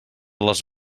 les